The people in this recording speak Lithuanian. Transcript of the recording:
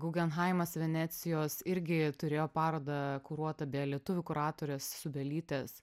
gugenhaimas venecijos irgi turėjo parodą kuruotą beje lietuvių kuratorės subelytės